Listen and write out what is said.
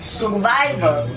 survival